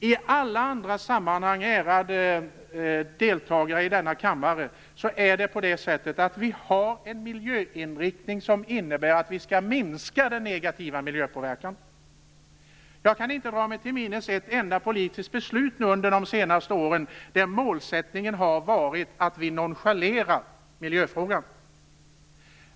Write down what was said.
I alla andra sammanhang, ärade ledamöter i denna kammare, har vi en miljöinriktning som innebär att vi skall minska den negativa miljöpåverkan. Jag kan inte dra mig till minnes ett enda politiskt beslut under de senaste åren där målsättningen har varit att vi skall nonchalera miljöfrågan.